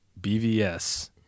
BVS